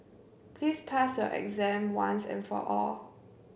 please pass your exam once and for all